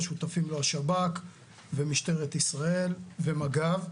שותפים לו השב"כ ומשטרת ישראל ומג"ב.